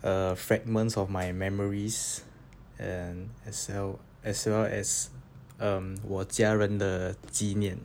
err fragments of my memories and as well as well as um 我家人的纪念